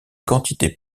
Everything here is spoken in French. quantité